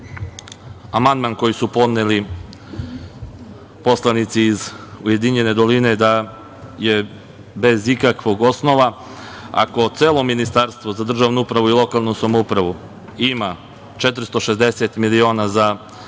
amandman koji su podneli poslanici iz Ujedinjene doline je bez ikakvog osnova. Ako celo Ministarstvo za državnu upravu i lokalnu samoupravu ima 460 miliona za